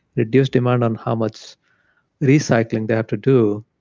reduce the amount on how much recycling they have to do,